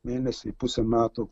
mėnesį pusę metų